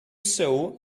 sow